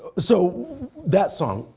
so that song,